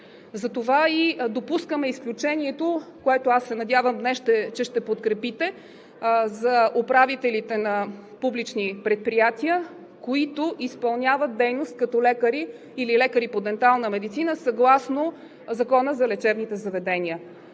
Затова и допускаме изключението, което аз се надявам, че днес ще подкрепите, за управителите на публични предприятия, които изпълняват дейност като лекари или лекари по дентална медицина съгласно Закона за лечебните заведения.